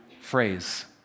phrase